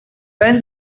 when